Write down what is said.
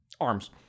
Arms